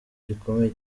gikomeye